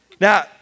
Now